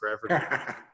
forever